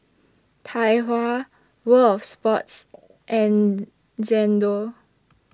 Tai Hua World of Sports and Xndo